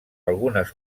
algunes